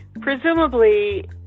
Presumably